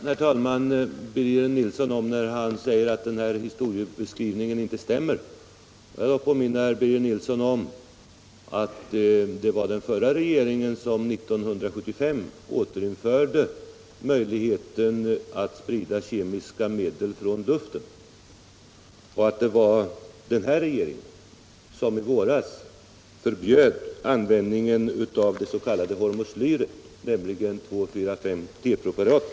Herr talman! Birger Nilsson säger att historieskrivningen inte stämmer. Jag vill då påminna Birger Nilsson om att det var den förra regeringen som 1975 återinförde möjligheten att sprida kemiska medel från luften och att det var den nuvarande regeringen som i våras förbjöd användning av det s.k. hormoslyret, nämligen 2,4,5-T-preparatet.